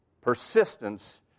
persistence